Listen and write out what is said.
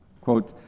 Quote